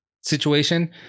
situation